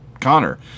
Connor